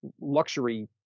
luxury